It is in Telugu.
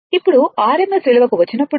ఇప్పుడు RMS విలువకు వచ్చినప్పుడు